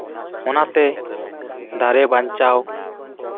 ᱚᱱᱟᱛᱮ ᱫᱟᱨᱮ ᱵᱟᱧᱪᱟᱣ